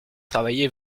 travaillez